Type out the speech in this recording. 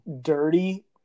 dirty